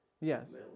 Yes